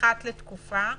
אחת לתקופה,